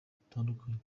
bitandukanye